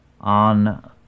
on